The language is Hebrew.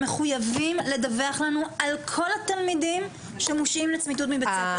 הם מחויבים לדווח לנו על כל התלמידים שמושעים לצמיתות מבית ספר,